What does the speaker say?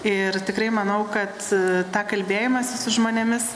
ir tikrai manau kad tą kalbėjimąsi su žmonėmis